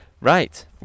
right